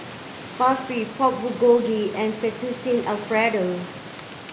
Barfi Pork Bulgogi and Fettuccine Alfredo